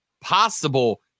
possible